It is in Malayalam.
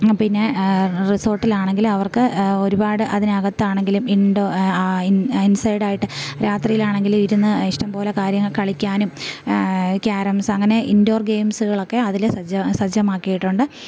പിന്നെ റിസോട്ടിലാണെങ്കിലും അവർക്ക് ഒരുപാട് അതിനകത്താണെങ്കിലും ഇൻസൈഡായിട്ട് രാത്രിയിലാണെങ്കിലും ഇരുന്ന് ഇഷ്ടം പോലെ കാര്യങ്ങൾ കളിക്കാനും ക്യാരംസ് അങ്ങനെ ഇൻഡോർ ഗെയിംസ്കളൊക്കെ അതിൽ സജ്ജം സജ്ജമാക്കിയിട്ടുണ്ട്